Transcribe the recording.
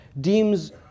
deems